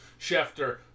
Schefter